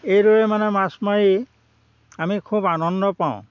এইদৰে মানে মাছ মাৰি আমি খুব আনন্দ পাওঁ